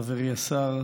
חברי השר,